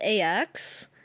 AX